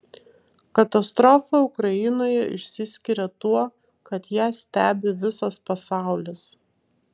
katastrofa ukrainoje išsiskiria tuo kad ją stebi visas pasaulis